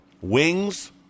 Wings